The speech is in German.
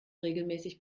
regelmäßig